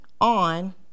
on